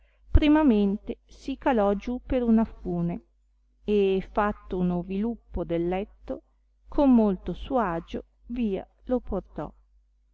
camera primamente si calò giù per una fune e fatto uno viluppo del letto con molto suo agio via lo portò